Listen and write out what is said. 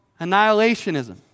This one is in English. annihilationism